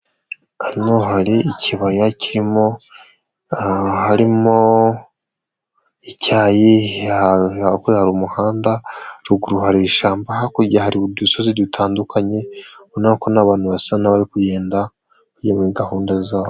Hano hari ikibaya kirimo, harimo icyayi, hakuno hari umuhanda, ruguru hari ishyamba, hakurya hari udusozi dutandukanye, ubona ko n'abantu basa n'abari kugenda bigira muri gahunda zabo.